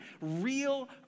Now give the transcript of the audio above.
real